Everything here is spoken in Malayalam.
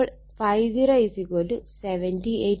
അപ്പോൾ ∅0 78